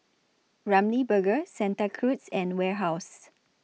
Ramly Burger Santa Cruz and Warehouse